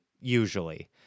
usually